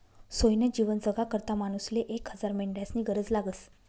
सोयनं जीवन जगाकरता मानूसले एक हजार मेंढ्यास्नी गरज लागस